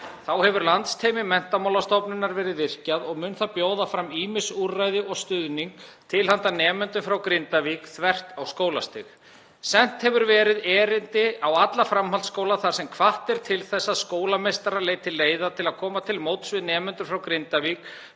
Þá hefur landsteymi Menntamálastofnunar verið virkjað og mun það bjóða fram ýmis úrræði og stuðning til handa nemendum frá Grindavík, þvert á skólastig. Sent hefur verið erindi á alla framhaldsskóla þar sem hvatt er til að skólameistarar leiti leiða til að koma til móts við nemendur frá Grindavík